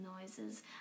noises